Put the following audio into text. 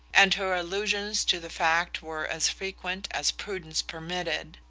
and her allusions to the fact were as frequent as prudence permitted.